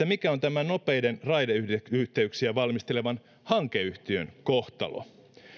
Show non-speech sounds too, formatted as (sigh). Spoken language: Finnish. (unintelligible) mikä on tämän nopeita raideyhteyksiä valmistelevan hankeyhtiön kohtalo